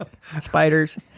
spiders